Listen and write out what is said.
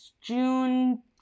June